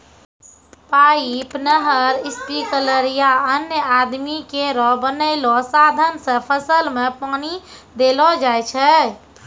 pipe, नहर, sprinkler या अन्य आदमी केरो बनैलो साधन सें फसल में पानी देलो जाय छै